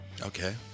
Okay